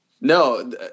No